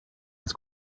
his